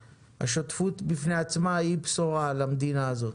השותפות בפני עצמה היא בשורה למדינה הזאת.